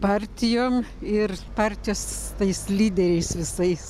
partijom ir partijos tais lyderiais visais